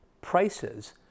prices